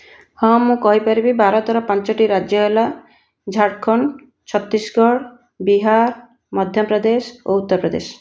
ହଁ ମୁଁ କହିପାରିବି ଭାରତର ପାଞ୍ଚଟି ରାଜ୍ୟ ହେଲା ଝାଡ଼ଖଣ୍ଡ ଛତିଶଗଡ଼ ବିହାର ମଧ୍ୟପ୍ରଦେଶ ଓ ଉତ୍ତରପ୍ରଦେଶ